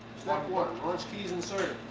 one, launch keys inserted.